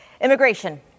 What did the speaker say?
Immigration